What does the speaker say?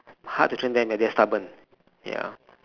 hard to train them ya they're stubborn ya